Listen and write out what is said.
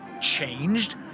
changed